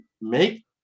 make